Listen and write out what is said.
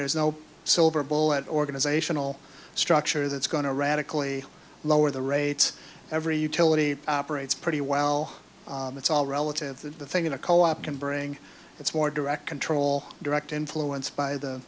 there's no silver bullet organizational structure that's going to radically lower the rates every utility operates pretty well it's all relative the thing in a co op can bring it's more direct control direct influence by the